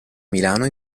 milano